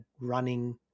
running